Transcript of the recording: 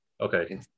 Okay